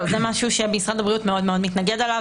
לא, זה משהו שמשרד הבריאות מאוד מאוד מתנגד לו.